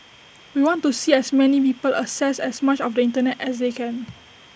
we want to see as many people access as much of the Internet as they can